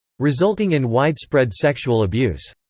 resulting in widespread sexual abuse.